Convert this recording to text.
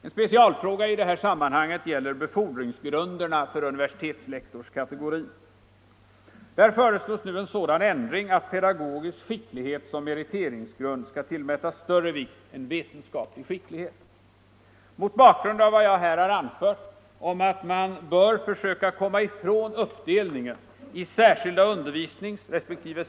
En specialfråga i det här sammanhanget gäller befordringsgrunderna för universitetslektorskategorin. Där föreslås nu en sådan ändring att pedagogisk skicklighet som meriteringsgrund skall tillmätas större vikt än vetenskaplig skicklighet. Mot bakgrund av vad jag här har anfört om att man bör försöka komma ifrån uppdelningen i särskilda undervisningsresp.